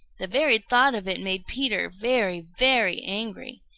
the very thought of it made peter very, very angry.